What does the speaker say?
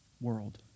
World